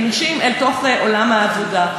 נשים אל תוך עולם העבודה.